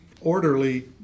orderly